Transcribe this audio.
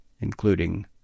including